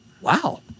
wow